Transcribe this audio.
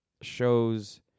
shows